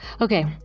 okay